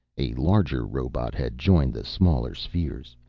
a larger robot had joined the smaller spheres.